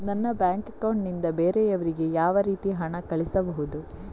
ನನ್ನ bank account ನಿಂದ ಬೇರೆಯವರಿಗೆ ಯಾವ ರೀತಿ ಹಣ ಕಳಿಸಬಹುದು?